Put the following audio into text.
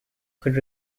could